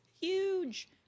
huge